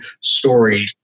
story